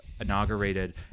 inaugurated